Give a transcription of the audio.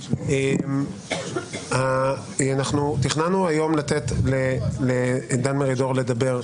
אנחנו תכננו לתת היום לדן מרידור לדבר,